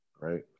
right